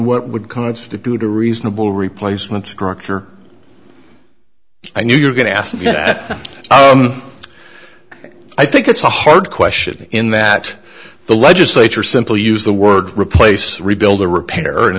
what would constitute a reasonable replacement structure i knew you're going to ask that i think it's a hard question in that the legislature simply use the word replace rebuild or repair and